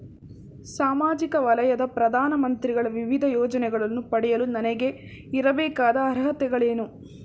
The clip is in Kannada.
ಸಾಮಾಜಿಕ ವಲಯದ ಪ್ರಧಾನ ಮಂತ್ರಿಗಳ ವಿವಿಧ ಯೋಜನೆಗಳನ್ನು ಪಡೆಯಲು ನನಗೆ ಇರಬೇಕಾದ ಅರ್ಹತೆಗಳೇನು?